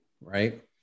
right